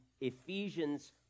Ephesians